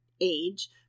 age